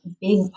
big